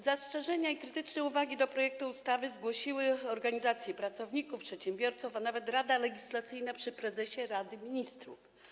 Zastrzyżenia i krytyczne uwagi do projektu ustawy zgłosiły organizacje pracowników, przedsiębiorców, a nawet Rada Legislacyjna przy prezesie Rady Ministrów.